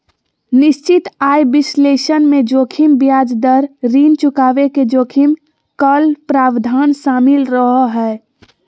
निश्चित आय विश्लेषण मे जोखिम ब्याज दर, ऋण चुकाबे के जोखिम, कॉल प्रावधान शामिल रहो हय